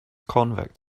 convict